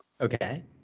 Okay